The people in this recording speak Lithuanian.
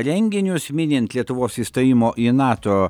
renginius minint lietuvos įstojimo į nato